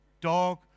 dog